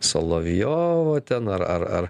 solovjovo ten ar ar ar